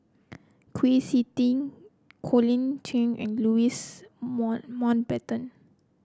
Kwa Siew Tee Colin Cheong and Louis Mountbatten